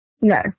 No